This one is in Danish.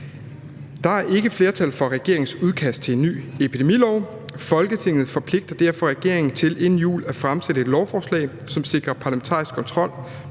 »Der er ikke flertal for regeringens udkast til ny epidemilov. Folketinget forpligter derfor regeringen til inden jul at fremsætte et lovforslag, som sikrer parlamentarisk kontrol